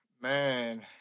man